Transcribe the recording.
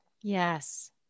Yes